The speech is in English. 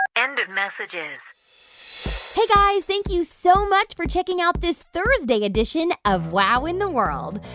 end of messages hey, guys. thank you so much for checking out this thursday edition of wow in the world.